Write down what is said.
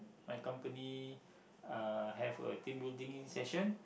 my company uh have a team building session